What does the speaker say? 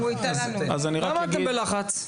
למה אתם בלחץ?